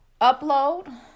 upload